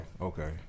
Okay